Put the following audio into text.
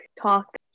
talk